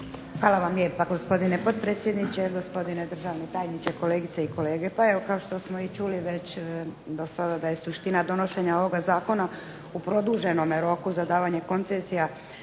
Hvala vam lijepa gospodine potpredsjedniče. Gospodine državni tajniče, kolegice i kolege. Pa evo kao što smo čuli već da je suština donošenja ovog zakona u produženom roku za davanje koncesija